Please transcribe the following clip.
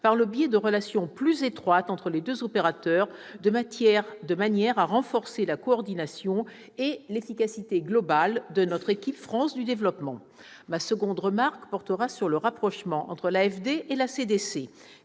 par le biais de relations plus étroites entre les deux opérateurs, de manière à renforcer la coordination et l'efficacité globale de notre « équipe France » du développement. Ma seconde remarque portera sur le rapprochement entre l'AFD et la